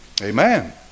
Amen